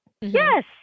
Yes